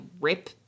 rip